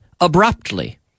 abruptly